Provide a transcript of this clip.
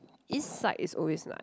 east side is always nice